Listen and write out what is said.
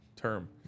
term